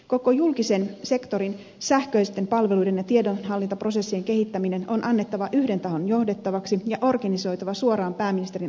koko julkisen sektorin sähköisten palveluiden ja tiedonhallintaprosessien kehittäminen on annettava yhden tahon johdettavaksi ja organisoitava suoraan pääministerin alaiseen virastoon